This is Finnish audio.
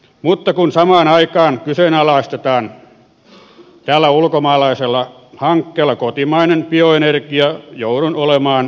mutta kun samaan aikaan kyseenalaistetaan tällä ulkomaalaisella hankkeella kotimainen bioenergia joudun olemaan toista mieltä